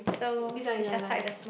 this one this one this one this one